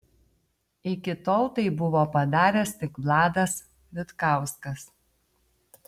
iki tol tai buvo padaręs tik vladas vitkauskas